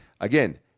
again